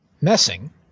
Messing